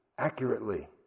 accurately